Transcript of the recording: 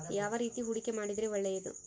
ಯಾವ ರೇತಿ ಹೂಡಿಕೆ ಮಾಡಿದ್ರೆ ಒಳ್ಳೆಯದು?